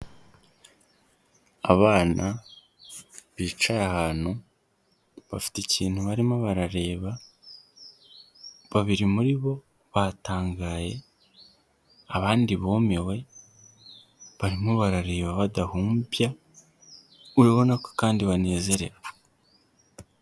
Abana bicaye ahantu, bafite ikintu barimo barareba, babiri muri bo batangaye, abandi bumiwe, barimo barareba badahumbya, urabona ko kandi banezerewe.